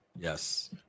Yes